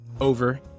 over